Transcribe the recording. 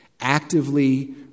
actively